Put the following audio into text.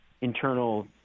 internal